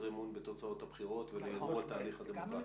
אמון בתוצאות הבחירות ולערעור התהליך הדמוקרטי.